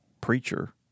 preacher